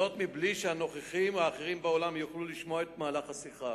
בלי שהנוכחים האחרים באולם יוכלו לשמוע את מהלך השיחה.